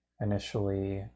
initially